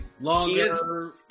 Longer